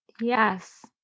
Yes